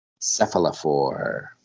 cephalophore